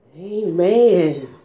amen